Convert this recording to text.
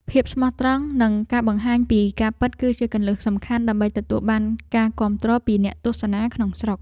ភាពស្មោះត្រង់និងការបង្ហាញពីការពិត គឺជាគន្លឹះសំខាន់ដើម្បីទទួលបានការគាំទ្រពីអ្នកទស្សនាក្នុងស្រុក។